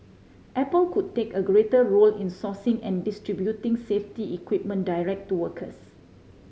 apple could take a greater role in sourcing and distributing safety equipment direct to workers